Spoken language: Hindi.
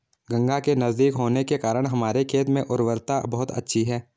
गंगा के नजदीक होने के कारण हमारे खेत में उर्वरता बहुत अच्छी है